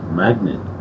magnet